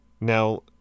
Now